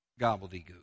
gobbledygook